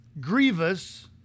grievous